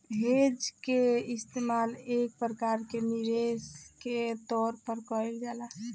hedge के इस्तेमाल एक प्रकार के निवेश के तौर पर कईल जाला